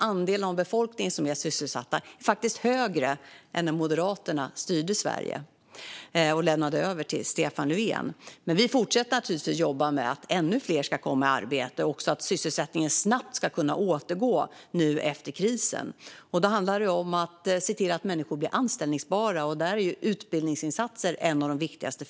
Andelen av befolkningen som är sysselsatt är faktiskt högre nu än när Moderaterna styrde Sverige och lämnade över till Stefan Löfven. Vi fortsätter givetvis att jobba med att ännu fler ska komma i arbete och för att människor snabbt ska kunna återgå i sysselsättning efter krisen. Det handlar om att göra människor anställbara, och då är utbildningsinsatser något av det viktigaste.